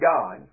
God